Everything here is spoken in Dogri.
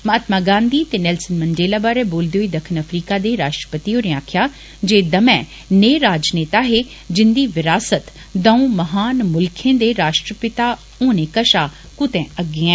महात्मा गांधी ते नैल्सन मंडेला बारै बोलदे होई दक्खन अफ्रीका दे राश्ट्रपति होरें आक्खेआ जे दमैं नेह् राजनेता हे जिंदी विरासत दंऊ महान मुल्खें दे राश्ट्रपिता होने कषा कुतै अग्गें ऐ